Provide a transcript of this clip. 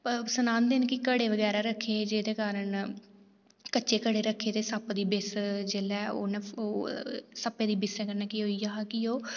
सनांदे न कि घड़े बगैरा रक्खे दे न जेह्दे कारण कच्चे घड़े रक्खे दे जेल्लै सप्प दी बिस्स सप्पै दी बिस्सै दे कारण केह् होइया कि ओह्